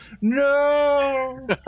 No